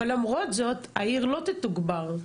למרות זאת העיר לא תתוגבר.